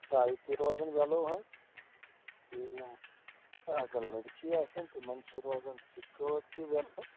ٹاے تہِ روزان یَلو حظ بیٚیہِ یِم اگر لڑکی آسن تِمَن چھِ روزان سِکٲٹ تہِ یَلو